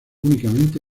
únicamente